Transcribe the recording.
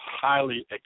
highly